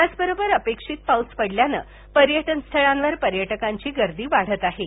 त्याचबरोबर अपेक्षित पाऊस पडल्याने पर्यटन स्थळांवर पर्यटकांची गर्दी वाढत आहे